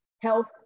health